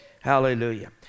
Hallelujah